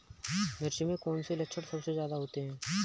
मिर्च में कौन से लक्षण सबसे ज्यादा होते हैं?